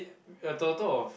a total of